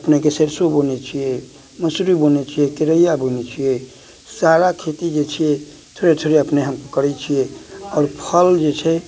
अपनेके सरसो बोयने छियै मसुरी बोने छियै केरैआ बोने छियै सारा खेती जे छियै थ्रेसरे अपने हम करैत छियै आओर फल जे छै